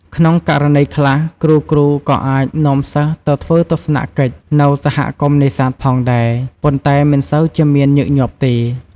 ក្នុងករណីខ្លះ គ្រូៗក៏អាចនាំសិស្សទៅធ្វើទស្សនកិច្ចនៅសហគមន៍នេសាទផងដែរ ប៉ុន្តែមិនសូវជាមានញឹកញាប់ទេ។